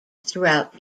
throughout